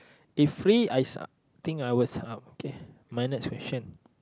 if free I think I will set up okay mine next question